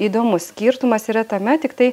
įdomus skirtumas yra tame tiktai